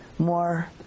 more